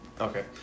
Okay